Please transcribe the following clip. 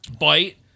Bite